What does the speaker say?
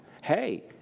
hey